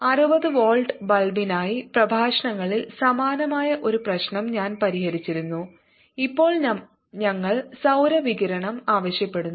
60 watt ബൾബിനായി പ്രഭാഷണങ്ങളിൽ സമാനമായ ഒരു പ്രശ്നം ഞാൻ പരിഹരിച്ചിരുന്നു ഇപ്പോൾ ഞങ്ങൾ സൌരവികിരണം ആവശ്യപ്പെടുന്നു